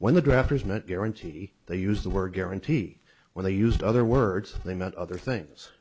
when the draft was not guarantee they use the word guarantee when they used other words they meant other things